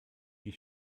die